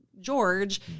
George